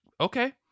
okay